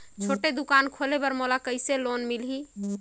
छोटे दुकान खोले बर मोला कइसे लोन मिलही?